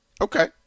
okay